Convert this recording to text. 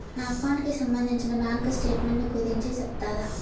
నా అకౌంట్ కి సంబంధించి బ్యాంకు స్టేట్మెంట్ గురించి సెప్తారా